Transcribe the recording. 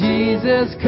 Jesus